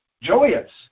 joyous